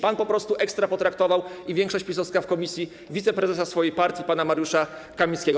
Pan po prostu ekstra potraktował, i większość PiS-owska w komisji, wiceprezesa swojej partii pana Mariusza Kamińskiego.